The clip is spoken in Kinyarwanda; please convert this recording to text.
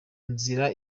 nzira